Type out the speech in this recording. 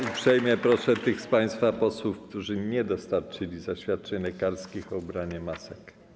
Uprzejmie proszę tych z państwa posłów, którzy nie dostarczyli zaświadczeń lekarskich, o ubranie masek.